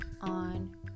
on